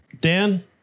Dan